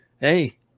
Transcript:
hey